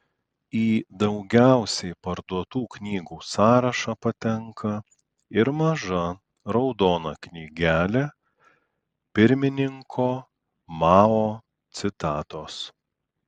į daugiausiai parduotų knygų sąrašą patenka ir maža raudona knygelė pirmininko mao citatos